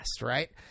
right